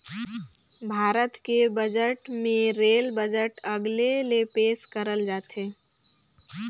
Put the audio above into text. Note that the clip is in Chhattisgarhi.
भारत के बजट मे रेल बजट अलगे ले पेस करल जाथे